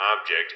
object